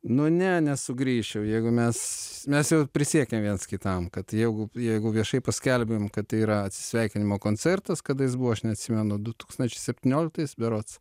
nu ne nesugrįšiu jeigu mes mes jau prisiekėm vienas kitam kad jeigu jeigu viešai paskelbėm kad tai yra atsisveikinimo koncertas kada jis buvo aš neatsimenu du tūkstančiai septynioliktais berods